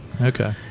okay